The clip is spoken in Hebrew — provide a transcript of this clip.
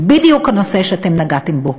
זה בדיוק הנושא שאתם נגעתם בו: